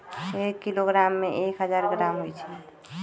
एक किलोग्राम में एक हजार ग्राम होई छई